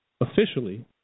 officially